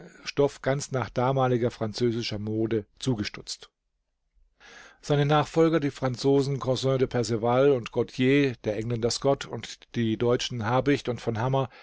stoff ganz nach damaliger französischer mode zugestutzt seine nachfolger die franzosen caussin de perceval und gautier der engländer scott und die deutschen habicht und v hammer